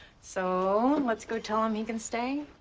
so, let's go tell him he can stay.